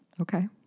Okay